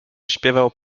śpiewał